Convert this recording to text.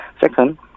Second